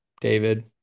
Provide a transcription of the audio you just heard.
David